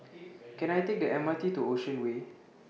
Can I Take The M R T to Ocean Way